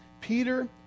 Peter